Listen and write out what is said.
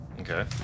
Okay